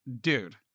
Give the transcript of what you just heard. dude